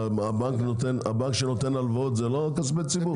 הבנק שנותן הלוואות זה לא כספי ציבור?